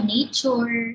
Nature